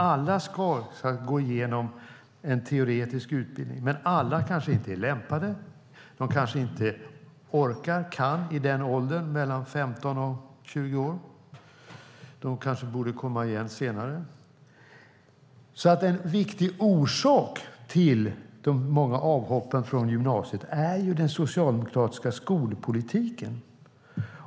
Alla ska gå igenom en teoretisk utbildning, men alla kanske inte är lämpade, alla kanske inte orkar eller kan när de är i den åldern, mellan 15 och 20 år. De kanske borde komma igen senare. En viktig orsak till de många avhoppen från gymnasiet är den socialdemokratiska skolpolitiken.